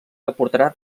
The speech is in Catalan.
aportarà